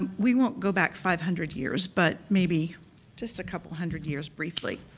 um we won't go back five hundred years, but maybe just a couple hundred years briefly.